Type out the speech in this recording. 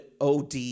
OD